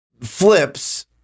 flips